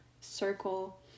circle